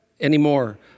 anymore